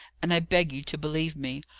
and i beg you to believe me.